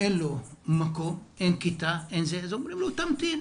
אין לו מקום, אין כיתה, אז אומרים לו, תמתין